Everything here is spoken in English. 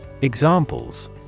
Examples